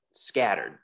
scattered